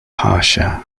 pasha